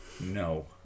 No